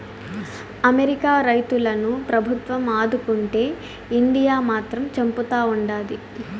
America రైతులను ప్రభుత్వం ఆదుకుంటే ఇండియా మాత్రం చంపుతా ఉండాది